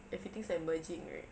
everything's like merging right